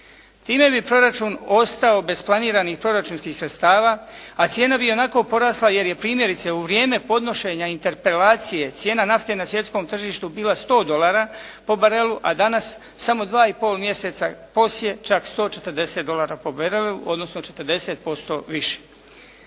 Time bi proračun ostao bez planiranih proračunskih sredstava a cijena bi ionako porasla jer je primjerice u vrijeme podnošenja interpelacije cijena nafte na svjetskom tržištu bila 100 dolara po barelu a danas samo 2,5 mjeseca poslije, čak 140 dolara po barelu, odnosno 40% više.